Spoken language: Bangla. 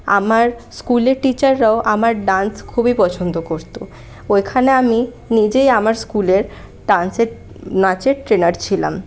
আমার স্কুলে টিচাররাও আমার ড্যান্স খুবই পছন্দ করত ওইখানে আমি নিজেই আমার স্কুলের ড্যান্সের নাচের ট্রেইনার ছিলাম